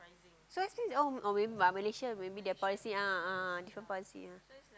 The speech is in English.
so expensive oh Malaysia but maybe their policies a'ah a'ah different policies yeah